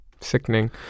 Sickening